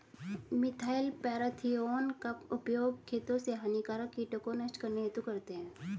methyl parathion का उपयोग खेतों से हानिकारक कीटों को नष्ट करने हेतु करते है